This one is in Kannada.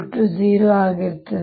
B 0 ಆಗಿರುತ್ತದೆ